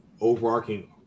overarching